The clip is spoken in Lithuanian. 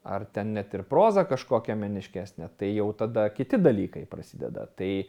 ar ten net ir prozą kažkokią meniškesnę tai jau tada kiti dalykai prasideda tai